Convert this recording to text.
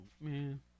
man